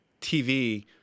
TV